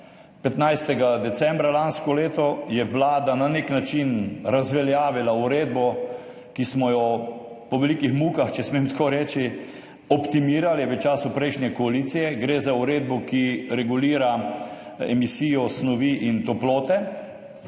15. decembra lansko leto je vlada na nek način razveljavila uredbo, ki smo jo po velikih mukah, če smem tako reči, optimirali v času prejšnje koalicije. Gre za uredbo, ki regulira emisijo snovi in toplote.